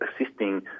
assisting